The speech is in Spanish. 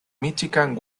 michigan